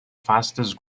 fastest